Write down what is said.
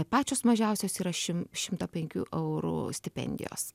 pačios mažiausios yra šim šimto penkių eurų stipendijos